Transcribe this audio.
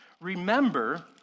remember